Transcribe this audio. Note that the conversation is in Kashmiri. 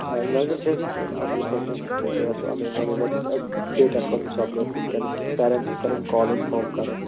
آ نظر چھَس اَصٕل پٲٹھۍ تہٕ یہِ اوسُو اَنٕنۍ وَنٕنۍ اَسہِ ڈٮ۪ٹا کَرُن سَبمِٹ وٕنۍکیٚنَس پٮ۪رَنٛٹٕس کَرٕنۍ کال اِنفارم کَرُن